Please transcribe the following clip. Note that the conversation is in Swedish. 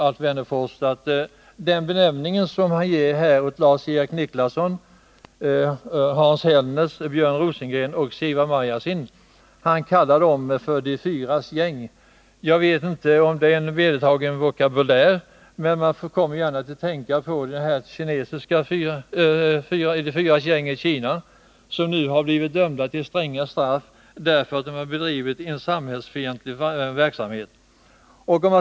Alf Wennerfors kallade Lars-Erik Niklasson, Hans Hellers, Björn Rosengren och Sigvard Marjasin för de fyras gäng. Jag vet inte om det är en vedertagen vokabulär, men jag kommer att tänka på de fyras gäng i Kina, vars medlemmar nu blivit dömda till stränga straff därför att de bedrivit en samhällsfientlig verksamhet.